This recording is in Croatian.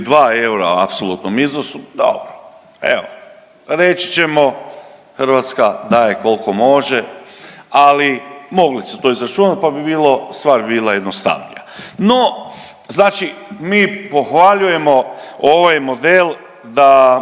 2 eura u apsolutnom iznosu. Dobro. Evo, reći ćemo Hrvatska daje koliko može, ali mogli su to izračunati pa bi bilo, stvar bi bila jednostavnija. No, znači mi pohvaljujemo ovaj model da